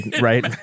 right